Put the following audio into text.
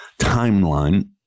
timeline